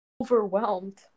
Overwhelmed